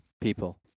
people